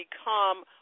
become